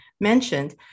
mentioned